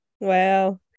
Wow